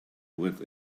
with